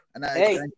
Hey